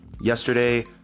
Yesterday